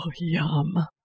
yum